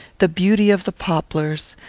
the beauty of the poplars,